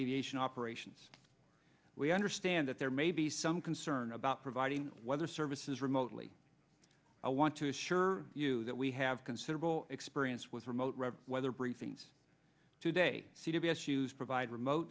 aviation operations we understand that there may be some concern about providing weather services remotely i want to assure you that we have considerable experience with remote read weather briefings today c b s shoes provide remote